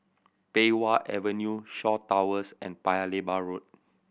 Pei Wah Avenue Shaw Towers and Paya Lebar Road